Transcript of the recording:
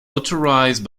authorized